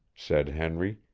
said henry,